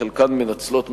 חלקן מנצלות מצוקות,